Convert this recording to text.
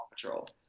Patrol